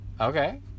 Okay